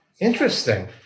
interesting